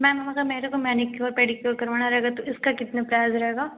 ma'am अगर मेरे को मैनीक्योर पैडीक्योर करवाना रहेगा तो इसका कितना प्राइज़ रहेगा